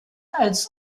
als